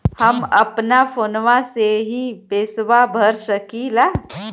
हम अपना फोनवा से ही पेसवा भर सकी ला?